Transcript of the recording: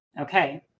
Okay